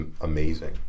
amazing